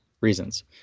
reasons